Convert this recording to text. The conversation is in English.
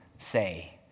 say